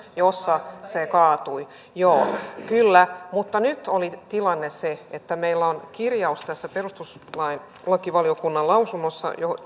jossa se kaatui joo kyllä mutta nyt oli tilanne se että meillä on kirjaus tässä perustuslakivaliokunnan lausunnossa